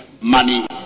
money